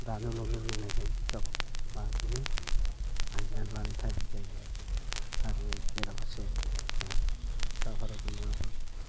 दानो लुनो रोंनायखाय गावबा गाव माबाजोंनो बानायना लानाय टाइम जायो आरो बेरा फारसे जोंहा साह भारतनि